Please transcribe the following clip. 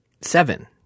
Seven